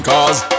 Cause